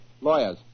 Lawyers